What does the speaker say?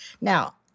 Now